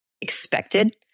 expected